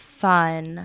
fun